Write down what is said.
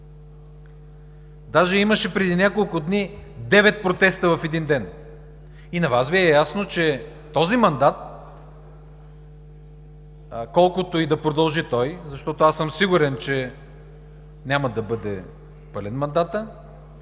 Даже имаше преди няколко дни девет протеста в един ден и Ви е ясно, че този мандат, колкото и да продължи той, защото аз съм сигурен, че няма да бъде пълен мандатът,